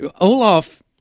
Olaf